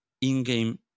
in-game